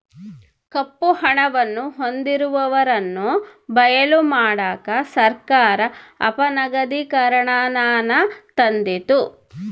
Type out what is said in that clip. ಕಪ್ಪು ಹಣವನ್ನು ಹೊಂದಿರುವವರನ್ನು ಬಯಲು ಮಾಡಕ ಸರ್ಕಾರ ಅಪನಗದೀಕರಣನಾನ ತಂದಿತು